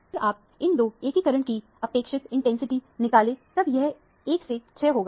अगर आप इन दो एकीकरण की अपेक्षित इंटेंसिटी निकालें तब यह एक से छह होगा